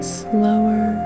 slower